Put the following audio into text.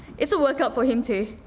it's a workout for him too.